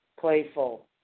playful